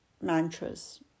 mantras